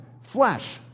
Flesh